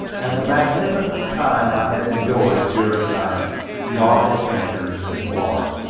and the magnificent time i had enjoyed during our yacht adventures in florida.